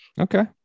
Okay